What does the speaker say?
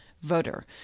voter